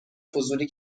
فضولی